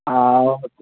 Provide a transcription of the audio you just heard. okay